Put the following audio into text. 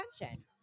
attention